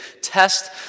test